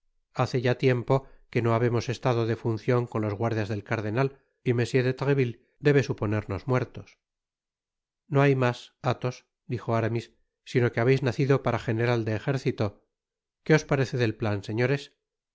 hace ya tiempo que no habernos estado de funcion con los guardias del cardenal y m de treville debe suponernos muer tos no hay mas athos dijo aramis sino que habeis nacido para general de ejército que os parece del plan señores